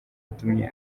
yatumye